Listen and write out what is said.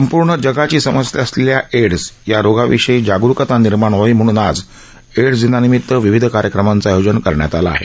संपूर्ण जगाची समस्या असलेल्या एड्स या रोगा विषयी जागरूकता निर्माण व्हावी म्हणून आज एड्स विरोधी दिनानिमित विविध कार्यक्रमाचं आयोजन करण्यात आलं आहे